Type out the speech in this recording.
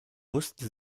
wusste